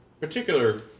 particular